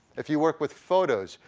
if you work with photos,